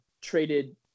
traded